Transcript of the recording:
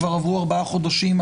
כבר עברו ארבעה חודשים.